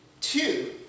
Two